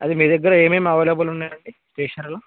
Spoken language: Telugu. అది మీ దగ్గర ఏమేమి అవైలబుల్ ఉన్నాయి అండి స్టేషనరీలో